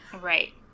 Right